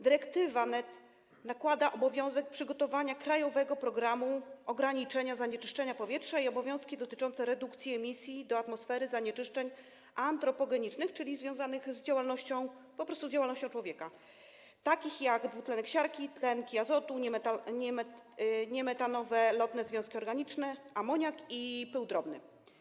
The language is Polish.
Dyrektywa NEC nakłada obowiązek przygotowania krajowego programu ograniczania zanieczyszczenia powietrza i obowiązki dotyczące redukcji emisji do atmosfery zanieczyszczeń antropogenicznych, czyli związanych z działalnością człowieka, takich jak dwutlenek siarki, tlenki azotu, niemetanowe lotne związki organiczne, amoniak i pył drobny.